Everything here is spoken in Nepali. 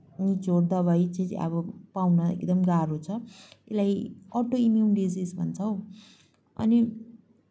निचोड दबाई चाहिँ अब पाउन एकदम गाह्रो छ यसलाई अटो इम्युन डिजिज भन्छ हौ अनि